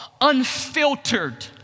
unfiltered